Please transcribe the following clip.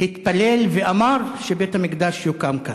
התפלל ואמר שבית-המקדש יוקם כאן.